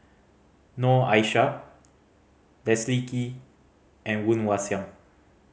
Noor Aishah Leslie Kee and Woon Wah Siang